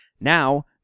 now